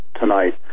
tonight